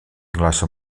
glaça